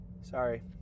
Sorry